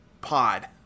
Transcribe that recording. pod